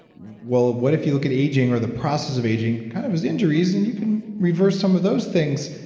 well what if you look at aging or the process of aging, kind of his injuries and you can reverse some of those things,